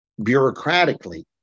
bureaucratically